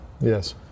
Yes